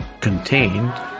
contained